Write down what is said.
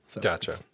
Gotcha